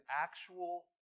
actual